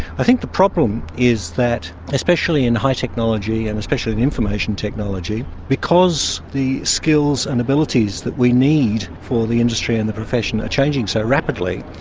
i think the problem is that especially in high technology and especially in information technology, because the skills and abilities that we need for the industry and the profession are changing so rapidly,